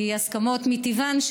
כי הסכמות מטבען,